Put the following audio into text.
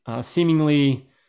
Seemingly